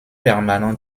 permanents